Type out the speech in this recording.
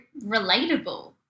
relatable